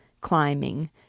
climbing